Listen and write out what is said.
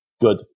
good